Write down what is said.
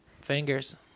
Fingers